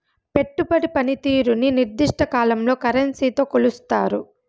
పెట్టుబడి పనితీరుని నిర్దిష్ట కాలంలో కరెన్సీతో కొలుస్తారు